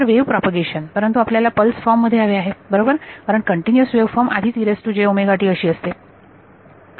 तर wave propagation परंतु आपल्याला पल्स फॉर्म मध्ये हवे आहे बरोबर कारण कंटिन्यूअस वेव्हफॉर्म आधीच अशी असते